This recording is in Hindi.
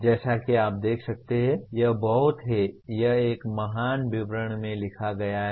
जैसा कि आप देख सकते हैं यह बहुत है यह एक महान विवरण में लिखा गया है